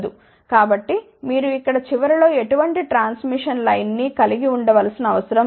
కాబట్టి మీరు ఇక్కడ చివరిలో ఎటువంటి ట్రాన్స్మిషన్ లైన్ ని కలిగి ఉండ వలసిన అవసరం లేదు